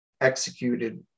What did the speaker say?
executed